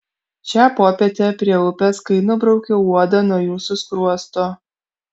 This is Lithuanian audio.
šią popietę prie upės kai nubraukiau uodą nuo jūsų skruosto